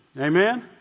Amen